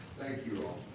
thank you all.